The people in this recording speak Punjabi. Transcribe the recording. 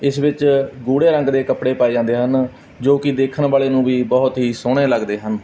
ਇਸ ਵਿੱਚ ਗੂੜੇ ਰੰਗ ਦੇ ਕੱਪੜੇ ਪਾਏ ਜਾਂਦੇ ਹਨ ਜੋ ਕਿ ਦੇਖਣ ਵਾਲੇ ਨੂੰ ਵੀ ਬਹੁਤ ਹੀ ਸੋਹਣੇ ਲੱਗਦੇ ਹਨ